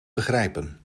begrijpen